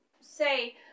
say